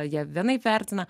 jie vienaip vertina